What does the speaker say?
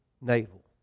Naval